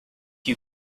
you